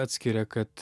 atskiria kad